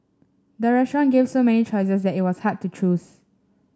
the restaurant gave so many choices that it was hard to choose